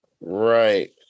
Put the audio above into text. Right